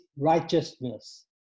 righteousness